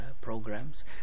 programs